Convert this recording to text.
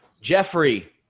jeffrey